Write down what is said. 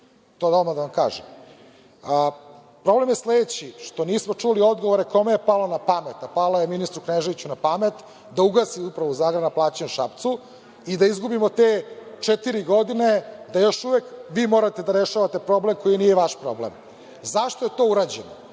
To odmah da vam kažem. Problem je sledeći što nismo čuli odgovore kome je palo na pamet, a pala je ministru Kneževiću na pamet da ugasi Upravu za agrarna plaćanja u Šapcu i da izgubimo te četiri godine da još uvek vi morate da rešite problem koji nije vaš problem. Zašto je to urađeno?